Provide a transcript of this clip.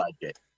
budget